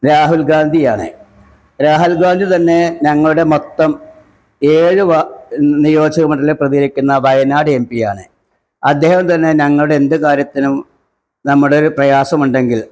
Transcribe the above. രാഹുല്ഗാന്ധിയാണ് രാഹുല്ഗാന്ധി തന്നെ ഞങ്ങളുടെ മൊത്തം ഏഴു വാര് നിയോജക മണ്ഡലം പ്രതികക്കുന്ന വയനാട് എം പിയാണ് അദ്ദേഹം തന്നെ ഞങ്ങളുടെ എന്തു കാര്യത്തിനും നമ്മുടൊരു പ്രയാസമുണ്ടെങ്കില്